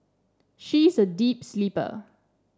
she is a deep sleeper